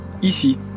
ici